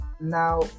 now